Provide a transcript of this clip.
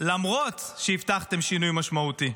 למרות שהבטחתם שינוי משמעותי?